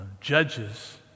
judges